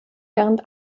während